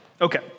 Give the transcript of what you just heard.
Okay